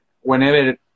Whenever